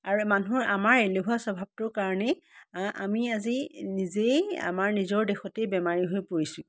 আৰু মানুহৰ আমাৰ এলেহুৱা স্বভাৱটোৰ কাৰণেই আমি আজি নিজেই আমাৰ নিজৰ দেহতেই বেমাৰী হৈ পৰিছোঁ